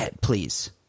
please